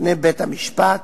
בפני בית-המשפט